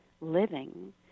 living